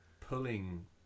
pulling